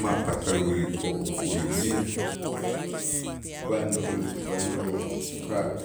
Ma' patal uwilikoo' u- uyumil, cuando cuando ka'